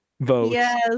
vote